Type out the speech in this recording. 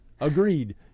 agreed